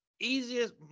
easiest